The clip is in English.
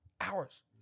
hours